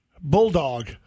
bulldog